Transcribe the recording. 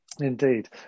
indeed